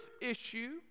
issue